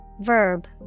Verb